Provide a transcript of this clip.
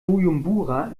bujumbura